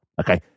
Okay